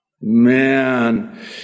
Man